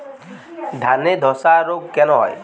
ধানে ধসা রোগ কেন হয়?